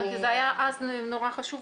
זה היה אז נורא חשוב,